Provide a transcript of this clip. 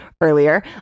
earlier